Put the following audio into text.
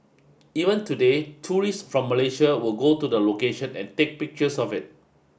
even today tourists from Malaysia will go to the location and take pictures of it